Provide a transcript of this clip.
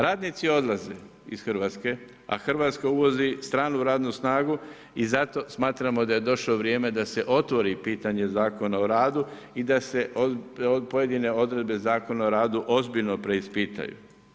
Radnici odlaze iz RH, a RH uvozi stranu radnu snagu i zato smatramo da je došlo vrijeme da se otvori pitanje Zakona o radu i da se pojedine odredbe Zakona o radu ozbiljno preispitaju.